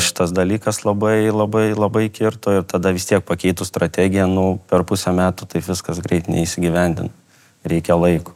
šitas dalykas labai labai labai kirto ir tada vis tiek pakeitus strategiją nu per pusę metų taip viskas greit neįsigyvendina reikia laiko